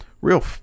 real